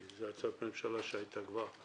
כי זו הצעת ממשלה שהייתה כבר,